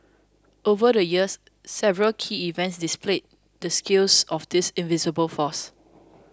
over the years several key events displayed the skills of this invisible force